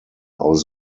aus